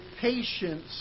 patience